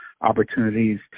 opportunities